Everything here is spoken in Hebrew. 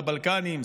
בבלקנים,